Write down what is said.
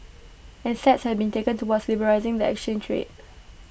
and steps have been taken towards liberalising the exchange rate